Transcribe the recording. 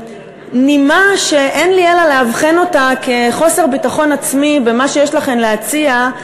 ובנימה שאין לי אלא לאבחן אותה כחוסר ביטחון עצמי במה שיש לכן להציע,